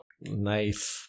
Nice